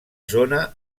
zona